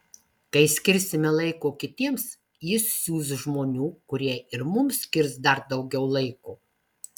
kai skirsime laiko kitiems jis siųs žmonių kurie ir mums skirs dar daugiau laiko